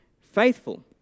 faithful